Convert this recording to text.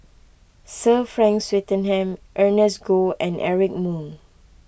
Sir Frank Swettenham Ernest Goh and Eric Moo